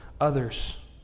others